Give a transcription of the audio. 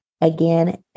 Again